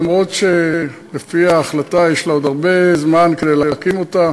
אף שלפי ההחלטה יש עוד הרבה זמן כדי להקים אותה.